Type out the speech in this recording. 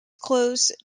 close